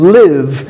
live